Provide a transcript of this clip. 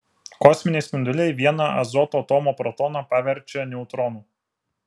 kosminiai spinduliai vieną azoto atomo protoną paverčia neutronu